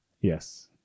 Yes